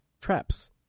Traps